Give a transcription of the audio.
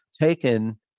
taken